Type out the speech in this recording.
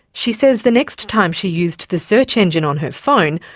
she says the next time she used the search engine on her phone,